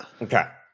Okay